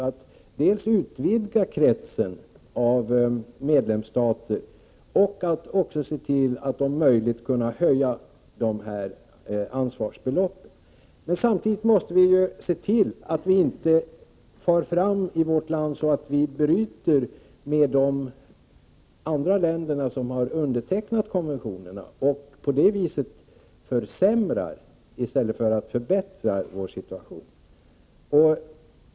Det gäller alltså dels att utvidga kretsen av medlemsländer, dels att — om möjligt — se till att ansvarsbeloppen höjs. Men samtidigt får vi i vårt land inte fara fram på ett sådant sätt att vi bryter med de länder som har undertecknat konventionerna. Då skulle vi bara försämra vår egen situation.